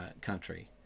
country